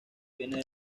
viene